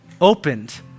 opened